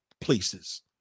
places